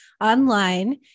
online